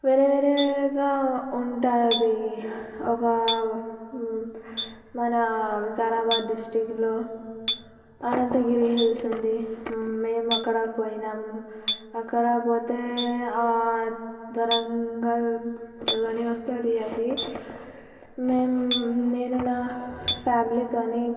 వేరే వేరేగా ఉంటుంది ఒక మన వికారాబాద్ డిస్టిక్లో అనంతగిరి హిల్స్ ఉంది మేము అక్కడ పోయినాం అక్కడ పోతే వరంగల్ లో వస్తుంది అది నేను నా ఫ్యామిలీతో